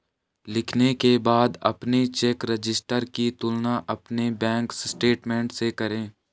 लिखने के बाद अपने चेक रजिस्टर की तुलना अपने बैंक स्टेटमेंट से करें